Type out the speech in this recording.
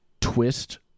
twist